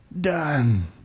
done